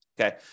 okay